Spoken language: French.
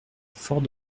fort